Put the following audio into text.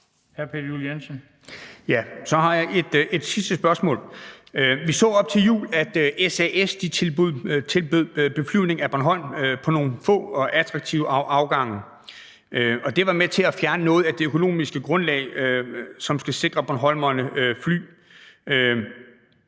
Så har jeg et sidste spørgsmål. Vi så op til jul, at SAS tilbød beflyvning af Bornholm på nogle få og attraktive afgange, og det var med til at fjerne noget af det økonomiske grundlag, som skal sikre bornholmerne fly.